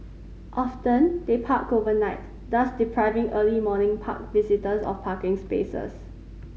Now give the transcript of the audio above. often they park overnight thus depriving early morning park visitors of parking spaces